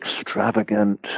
Extravagant